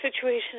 situation